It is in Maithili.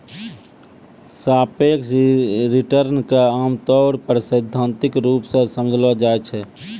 सापेक्ष रिटर्न क आमतौर पर सैद्धांतिक रूप सें समझलो जाय छै